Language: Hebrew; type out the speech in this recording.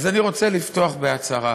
אז אני רוצה לפתוח בהצהרה: